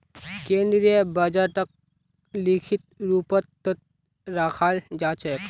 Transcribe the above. केन्द्रीय बजटक लिखित रूपतत रखाल जा छेक